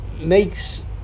makes